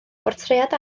bortread